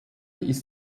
ist